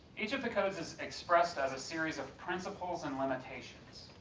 each of the codes is expressed as a series of principles and limitations.